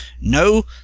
No